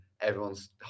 Everyone's